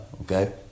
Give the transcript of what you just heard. okay